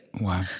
Wow